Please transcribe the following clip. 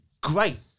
great